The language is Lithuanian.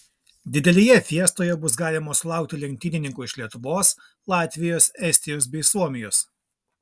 didelėje fiestoje bus galima sulaukti lenktynininkų iš lietuvos latvijos estijos bei suomijos